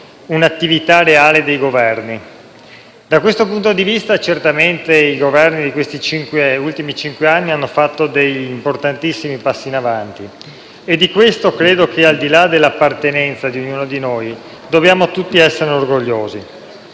un'attività reale dei Governi. Da questo punto di vista, certamente i Governi degli ultimi cinque anni hanno fatto importantissimi passi in avanti e di questo credo che, al di là dell'appartenenza di ognuno di noi, dobbiamo tutti essere orgogliosi.